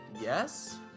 yes